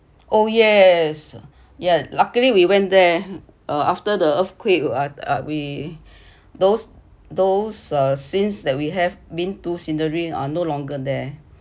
oh yes yeah luckily we went there uh after the earthquake uh we those those uh scene that we have been to scenery are no longer there